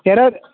error